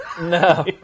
No